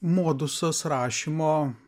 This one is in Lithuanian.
modusas rašymo